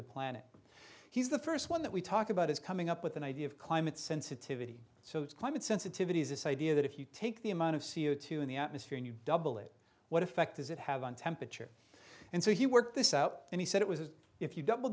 the planet he's the first one that we talked about as coming up with an idea of climate sensitivity so it's climate sensitivity is this idea that if you take the amount of c o two in the atmosphere and you double it what effect does it have on temperature and so you work this out and he said it was if you double